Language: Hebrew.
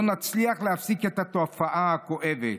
לא נצליח להפסיק את התופעה הכואבת,